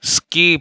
skip